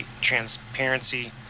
transparency